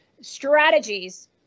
strategies